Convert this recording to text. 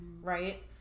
right